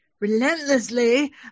relentlessly